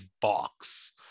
box